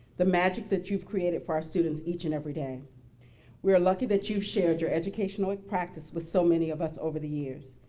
the magic that you've created for our students each and every day we're lucky that you shared your educational practice with so many of us over the years.